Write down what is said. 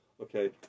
Okay